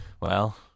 Well-